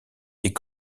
est